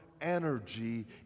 energy